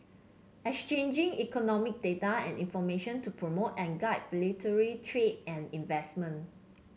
exchanging economic data and information to promote and guide bilaterally trade and investment